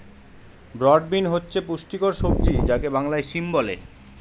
broad bean হচ্ছে পুষ্টিকর সবজি যাকে বাংলায় সিম বলে